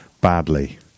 badly